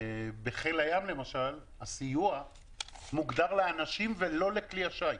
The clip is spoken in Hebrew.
בחיל הים למשל הסיוע מוגדר לאנשים ולא לכלי השיט.